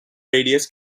radius